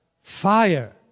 Fire